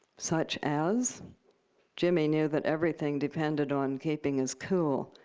such as jimmy knew that everything depended on keeping his cool.